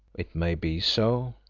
it may be so,